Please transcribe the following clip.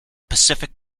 pacific